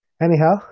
Anyhow